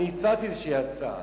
אני הצעתי איזושהי הצעה,